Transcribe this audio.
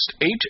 eight